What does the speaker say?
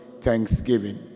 Thanksgiving